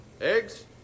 eggs